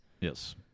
Yes